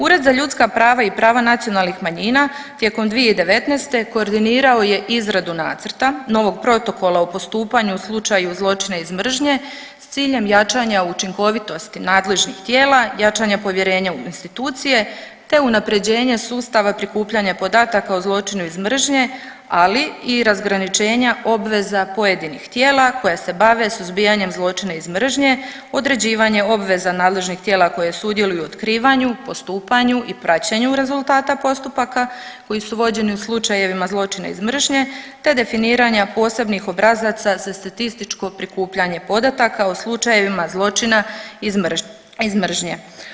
Ured za ljudska prava i prava nacionalnih manjina tijekom 2019. koordinirao je izradu nacrta novog protokola o postupanju u slučaju zločina iz mržnje s ciljem jačanja učinkovitosti nadležnih tijela, jačanja povjerenja u institucije te unapređenje sustava prikupljanja podataka o zločinu iz mržnje, ali i razgraničenja obveza pojedinih tijela koja se bave suzbijanjem zločina iz mržnje, određivanje obveza nadležnih tijela koje sudjeluju u otkrivanju, postupanju i praćenju rezultata postupaka koji su vođeni u slučajevima zločina iz mržnje te definiranja posebnih obrazaca za statističko prikupljanje podataka o slučajevima zločina iz mržnje.